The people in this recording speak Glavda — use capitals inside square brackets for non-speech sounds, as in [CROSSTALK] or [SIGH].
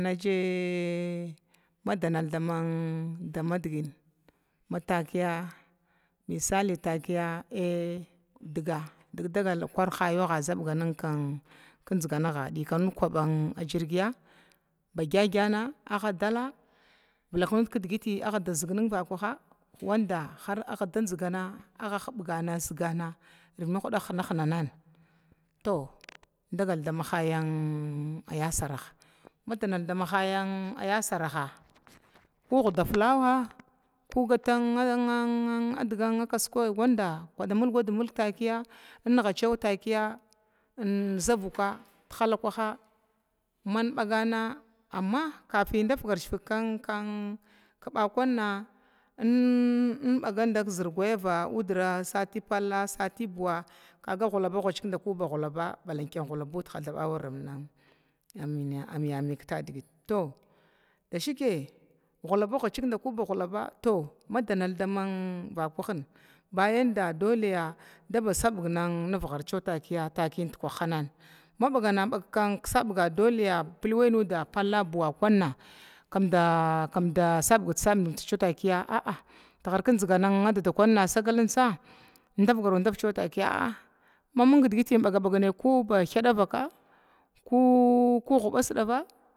Naje madanalda medgin matakiya [UNINTELLIGIBLE] dg dagal kwar khai nwan anag ng kdagal dkanud k kwaba jirgi bagyagyana vlak nud kdgi adazənə vakwaha wanda har adandzgana ahɓgana azgana irvyiɗ mahwdah hnahnana, to indagal dama haya ya saraha, madanal damahaya yasaraha ko huda flawa ko gata dga kasukwa kwada mulgwad mlə takiya inza vukwa thala kwaha man bagana, amma kafin inda fkarzh fə kn kn kɓa kwanna in baga ndan kzr gwayava udra sati palla sati buwa, kwa hwlaba hwachik ndakwi ba hwlava balanke hwlabudha thaba amyami ktadigit to, dashike hwlaba hwachik ndakwi ba hwlaba, madanal dama vakwaha bayan da dole daba saɓə nbhar cewa taki ndakwahan ma ɓagana bag ksaɓə dole plwai nuda palla buwa kwanna kmda saɓgt saɓg cea takiya a'a tghr kndzgana dadakwan asagalintsa indavgarundavə takiya mamanə ndgiti inbaga bagnai koba thudga vakavaka ku hwuɓa sdava